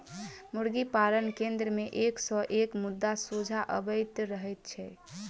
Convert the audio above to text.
मुर्गी पालन केन्द्र मे एक सॅ एक मुद्दा सोझा अबैत रहैत छै